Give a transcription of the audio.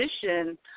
position